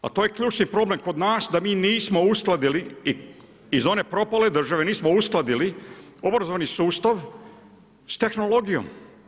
A to je ključni problem kod nas da mi nismo uskladili iz one propale države nismo uskladili obrazovni sustav s tehnologijom.